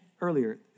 earlier